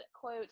quote